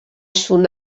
son